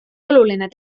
oluline